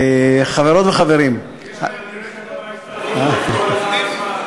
יש להם דירקטור בתור עובדים?